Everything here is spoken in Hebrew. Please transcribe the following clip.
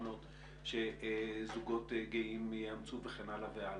מוכנות שזוגות גאים יאמצו וכן הלאה והלאה.